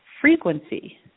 frequency